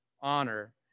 honor